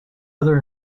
other